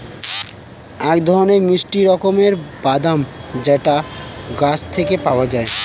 এক ধরনের মিষ্টি রকমের বাদাম যেটা গাছ থেকে পাওয়া যায়